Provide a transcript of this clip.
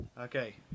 Okay